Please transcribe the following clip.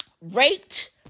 raped